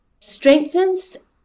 strengthens